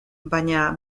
baina